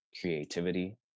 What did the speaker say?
creativity